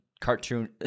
cartoon